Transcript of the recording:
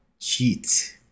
cheat